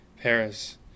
paris